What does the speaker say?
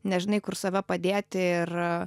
nežinai kur save padėti ir a